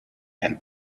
and